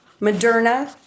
Moderna